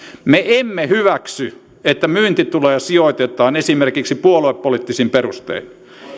me emme hyväksy että myyntituloja sijoitetaan esimerkiksi puoluepoliittisin perustein